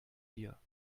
dir